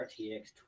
RTX